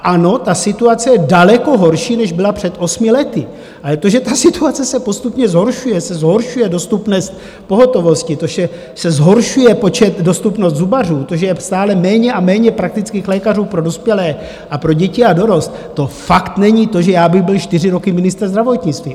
Ano, ta situace je daleko horší, než byla před osmi lety, ale to, že ta situace se postupně zhoršuje, zhoršuje se dostupnost pohotovosti, to, že se zhoršuje počet, dostupnost zubařů, to, že je stále méně a méně praktických lékařů pro dospělé a pro děti a dorost, to fakt není to, že já bych byl čtyři roky ministr zdravotnictví.